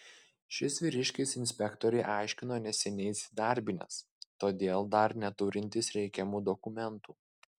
šis vyriškis inspektorei aiškino neseniai įsidarbinęs todėl dar neturintis reikiamų dokumentų